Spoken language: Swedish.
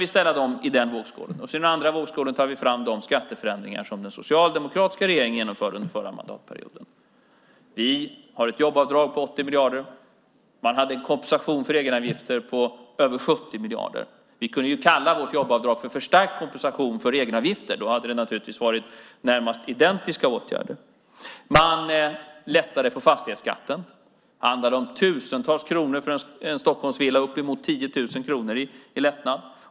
Vi kan lägga dem i den ena vågskålen, och i den andra vågskålen lägger vi de skatteförändringar som den socialdemokratiska regeringen genomförde under förra mandatperioden. Vi har ett jobbskatteavdrag på 80 miljarder. Den förra regeringen hade en kompensation för egenavgifter på över 70 miljarder. Vi hade kunnat kalla vårt jobbskatteavdrag för förstärkt kompensation för egenavgifter. Då hade det varit fråga om närmast identiska åtgärder. Man lättade på fastighetsskatten. Det handlade om tusentals kronor för en Stockholmsvilla, uppemot 10 000 kronor, i lättnad.